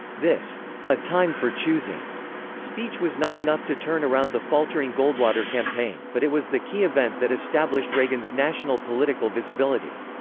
this a time for choosing speech was not enough to turn around the faltering goldwater campaign, but it was the key event that established reagan's national political visibility.